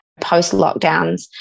post-lockdowns